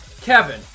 Kevin